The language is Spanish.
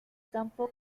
campo